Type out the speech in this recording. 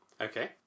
Okay